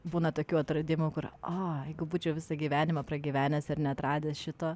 būna tokių atradimų kur a jeigu būčiau visą gyvenimą pragyvenęs ir neatradęs šito